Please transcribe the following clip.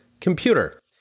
computer